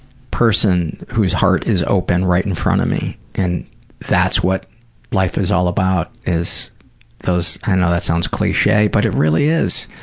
person whose heart is open right in front of me and that's what life is all about, is those, i know that sounds cliche, but it really is.